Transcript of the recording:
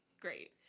great